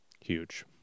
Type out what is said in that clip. huge